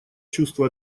чувство